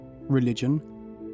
religion